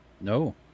no